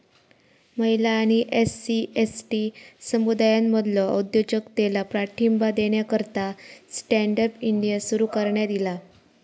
महिला आणि SC, ST समुदायांमधलो उद्योजकतेला पाठिंबा देण्याकरता स्टँड अप इंडिया सुरू करण्यात ईला